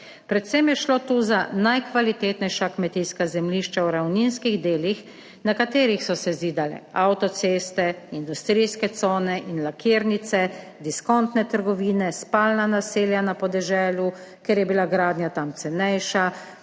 Predvsem je šlo tu za najkvalitetnejša kmetijska zemljišča v ravninskih delih, na katerih so se zidale avtoceste, industrijske cone in lakirnice, diskontne trgovine, spalna naselja na podeželju, kjer je bila gradnja tam cenejša,